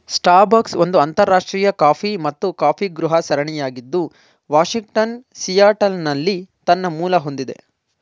Starbucks ಒಂದು ಅಂತರರಾಷ್ಟ್ರೀಯ coffee ಮತ್ತು ಕಾಫಿಗೃಹ ಸರಣಿಯಾಗಿದ್ದು ವಾಷಿಂಗ್ಟನ್ನ ಸಿಯಾಟಲ್ನಲ್ಲಿ ತನ್ನ ಮೂಲ ಹೊಂದಿದೆ